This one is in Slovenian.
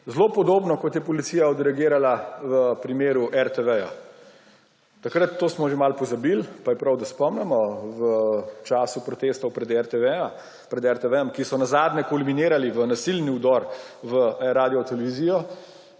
Zelo podobno kot je policija odreagirala v primeru RTV. Takrat, to smo že malo pozabili, pa je prav, da spomnimo, v času protestov pred RTV, ki so nazadnje kulminirali v nasilni vdor v Radiotelevizijo,